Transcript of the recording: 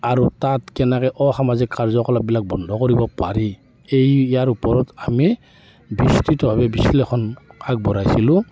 আৰু তাত কেনেকৈ অসামাজিক কাৰ্যকলাপবিলাক বন্ধ কৰিব পাৰি এই ইয়াৰ ওপৰত আমি বিস্তৃতভাৱে বিশ্লেষণ আগবঢ়াইছিলোঁ